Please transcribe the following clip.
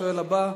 השואל הבא,